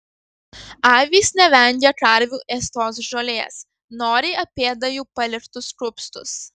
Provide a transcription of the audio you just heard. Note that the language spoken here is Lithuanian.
avys nevengia karvių ėstos žolės noriai apėda jų paliktus kupstus